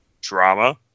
drama